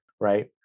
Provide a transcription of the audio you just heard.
right